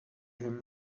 him